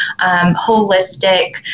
holistic